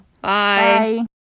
Bye